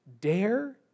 dare